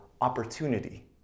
opportunity